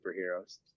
superheroes